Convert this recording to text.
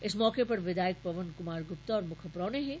इस मौके पर विधायक पवन कुमार गुप्ता होर मुक्ख परोहने हे